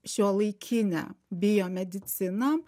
šiuolaikinę bio mediciną